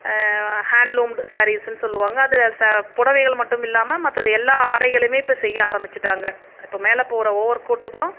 hand loomed சாரீஸ்ன்னு சொல்லுவாங்க அதில் ச புடவைகள் மட்டுமில்லாமல் மற்றது எல்லா ஆடைகளுமே இப்போ செய்ய ஆரம்பிச்சுட்டாங்க இப்போ மேலே போடுகிற ஓவர் கோட் கூட